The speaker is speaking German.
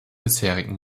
bisherigen